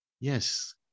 Yes